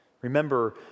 Remember